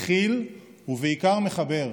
מכיל ובעיקר מחבר.